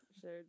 Sure